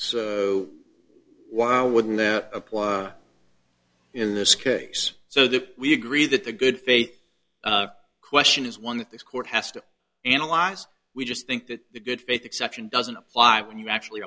so why wouldn't there apply in this case so that we agree that the good faith question is one that this court has to analyze we just think that the good faith exception doesn't apply when you actually